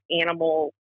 animal